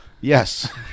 yes